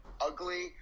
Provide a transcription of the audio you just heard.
ugly